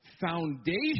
foundation